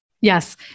Yes